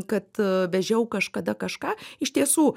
kad vežiau kažkada kažką iš tiesų